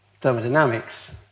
thermodynamics